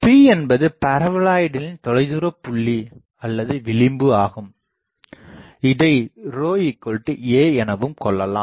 Ρ என்பது பரபோலாய்டின் தொலைதூரபுள்ளி அல்லது விளிம்பு ஆகும் இதை a எனவும் கொள்ளலாம்